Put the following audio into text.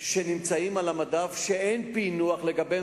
שנמצאים על המדף שאין פענוח שלהם,